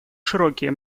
широкие